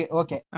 okay